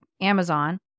Amazon